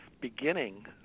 beginning